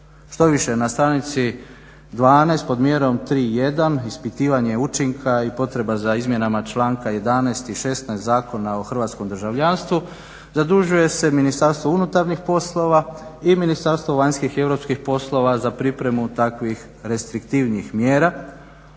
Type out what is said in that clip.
Štoviše na stranici 12. pod mjerom 3.1. ispitivanje učinka i potreba za izmjenama članka 11. i 16,. Zakona o Hrvatskom državljanstvu zadužuje se Ministarstvo unutarnjih poslova i Ministarstvo vanjskih i europskih poslova za pripremu takvih restriktivnih mjera,